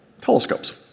telescopes